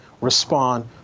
respond